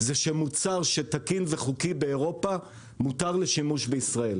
זה שמוצר שתקין וחוקי באירופה מותר לשימוש בישראל.